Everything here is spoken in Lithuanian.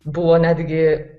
buvo netgi